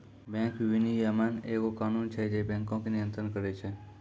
bank विनियमन एगो कानून छै जे बैंको के नियन्त्रण करै छै